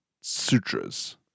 sutras